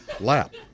lap